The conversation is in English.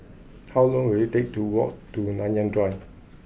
how long will it take to walk to Nanyang Drive